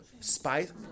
Spice